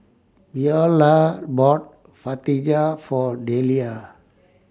Beaulah bought For Delia